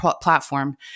platform